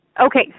Okay